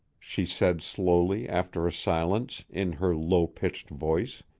she said slowly, after a silence, in her low-pitched voice,